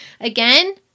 Again